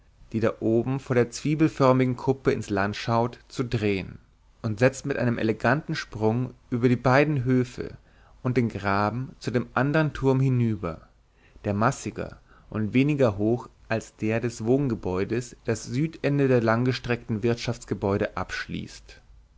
die da oben von der zwiebelförmigen kuppe ins land schaut zu drehen und setzt mit einem eleganten sprung über die beiden höfe und den graben zu dem anderen turm hinüber der massiger und weniger hoch als der des wohngebäudes das südende der langgestreckten wirtschaftsgebäude abschließt